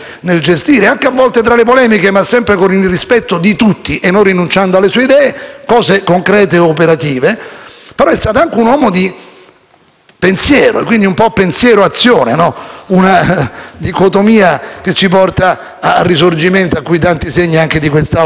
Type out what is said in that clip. di pensiero, quindi un po' pensiero e un po' azione, una dicotomia che ci porta al Risorgimento, cui anche tanti segni di quest'Aula ci richiamano. Riviste, fondazione, convegni, dibattiti: Altero non è stato solo un infaticabile organizzatore, ma anche un promotore